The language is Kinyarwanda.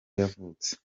yavutse